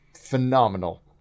phenomenal